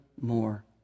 more